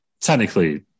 technically